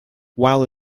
while